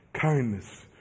kindness